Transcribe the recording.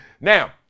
Now